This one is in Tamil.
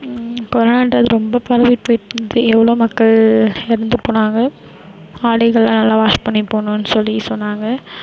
கொரோனான்றது ரொம்ப பரவிகிட்டு போய்ட்டு இருந்தது எவ்வளோ மக்கள் இறந்து போனாங்க ஆடைகள்லாம் நல்லா வாஷ் பண்ணி போடணுன்னு சொல்லி சொன்னாங்க